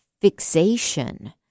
fixation